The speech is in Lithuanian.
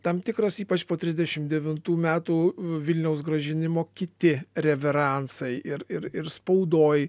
tam tikras ypač po trisdešim devintų metų vilniaus grąžinimo kiti reveransai ir ir ir spaudoj